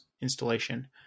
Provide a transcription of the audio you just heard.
installation